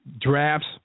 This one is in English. drafts